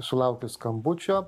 sulaukiu skambučio